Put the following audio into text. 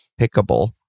pickable